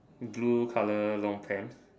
blue color long pants